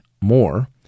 more